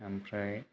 ओमफ्राय